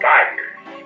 Tigers